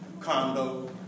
condo